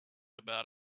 about